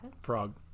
Frog